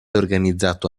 organizzato